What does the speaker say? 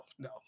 No